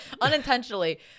unintentionally